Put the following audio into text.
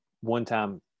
one-time